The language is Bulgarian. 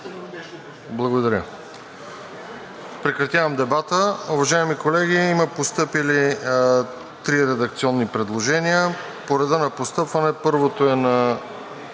Благодаря. Прекратявам дебата. Уважаеми колеги, има постъпили три редакционни предложения. По реда на постъпване – първото е на